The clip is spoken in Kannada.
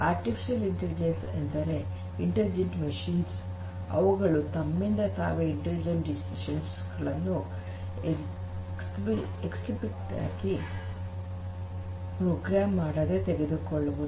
ಆರ್ಟಿಫಿಷಿಯಲ್ ಇಂಟೆಲಿಜೆನ್ಸ್ ಎಂದರೆ ಇಂಟಲಿಜೆಂಟ್ ಮಷೀನ್ಸ್ ಅವುಗಳು ತಮ್ಮಿಂದ ತಾವೇ ಇಟೆಲಿಜೆಂಟ್ ಡಿಸಿಷನ್ಸ್ ಗಳನ್ನು ಸ್ಪಷ್ಟವಾಗಿ ಪ್ರೋಗ್ರಾಮ್ ಮಾಡದೇ ತೆಗೆದುಕೊಳ್ಳುವುದು